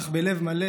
אך בלב מלא,